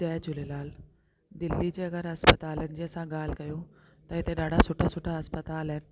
जय झूलेलाल दिल्ली जे अगरि अस्पतालनि जी असां ॻाल्हि कयूं त हिते ॾाढा सुठा सुठा अस्पताल आहिनि